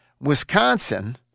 Wisconsin